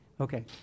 Okay